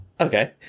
okay